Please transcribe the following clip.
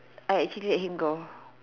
I actually let him go